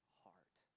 heart